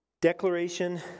Declaration